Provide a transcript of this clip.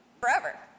forever